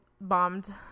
bombed